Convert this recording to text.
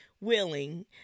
willing